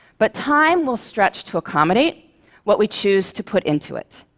but time will stretch to accommodate what we choose to put into it.